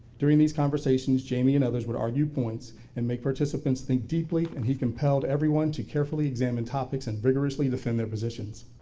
during these conversations, jamie and others would argue points and make participants think deeply and he compelled everyone to carefully examine topics and rigorously defend their positions.